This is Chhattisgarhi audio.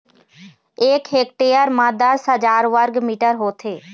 एक हेक्टेयर म दस हजार वर्ग मीटर होथे